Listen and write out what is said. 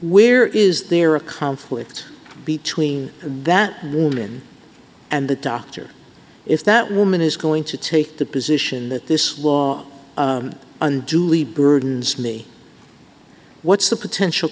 where is there a conflict between that woman and the doctor if that woman is going to take the position that this will all unduly burdens me what's the potential